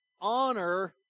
Honor